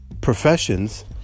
professions